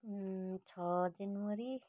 छ जनवरी